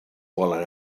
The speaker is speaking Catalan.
volen